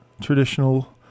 traditional